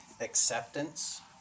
acceptance